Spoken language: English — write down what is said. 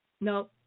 No